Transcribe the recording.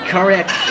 Correct